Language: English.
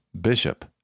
bishop